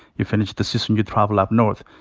you finish the system, you travel up north.